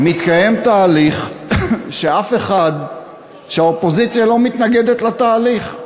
מתקיים תהליך, האופוזיציה לא מתנגדת לתהליך,